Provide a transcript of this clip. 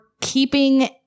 keeping